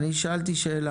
אני שאלתי שאלה.